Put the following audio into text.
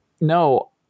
no